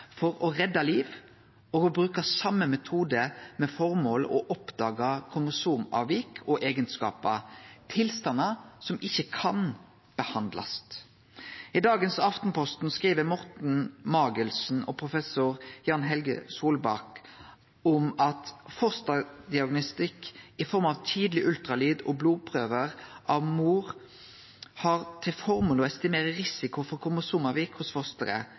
for å redde liv og å bruke same metode med formål å oppdage kromosomavvik og eigenskapar – tilstandar som ikkje kan behandlast. I Aftenposten i dag skriv Morten Magelssen og professor Jan Helge Solbakk: «Fosterdiagnostikk i form av «tidlig ultralyd» og blodprøver av mor har til formål å estimere risiko for kromosomavvik hos fosteret,